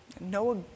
Noah